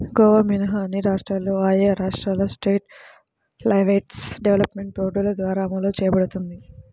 గోవా మినహా అన్ని రాష్ట్రాల్లో ఆయా రాష్ట్రాల స్టేట్ లైవ్స్టాక్ డెవలప్మెంట్ బోర్డుల ద్వారా అమలు చేయబడుతోంది